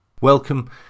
Welcome